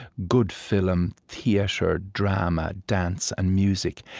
good film, theater, drama, dance, and music,